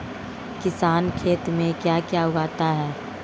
किसान खेत में क्या क्या उगाता है?